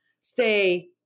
stay